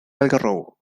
algarrobo